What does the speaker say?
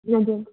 हजुर